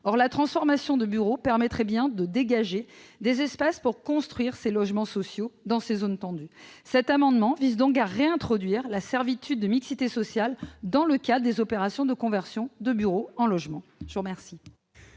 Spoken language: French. Or la transformation de bureaux permettrait bien de dégager des espaces pour construire des logements sociaux dans ces zones tendues. Cet amendement vise donc à réintroduire la servitude de mixité sociale dans le cadre des opérations de conversion de bureaux en logements. L'amendement